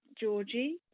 Georgie